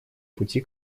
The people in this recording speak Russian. пути